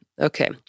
Okay